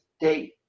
date